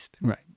Right